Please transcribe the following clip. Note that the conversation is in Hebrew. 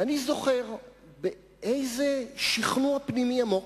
ואני זוכר באיזה שכנוע פנימי עמוק,